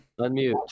Unmute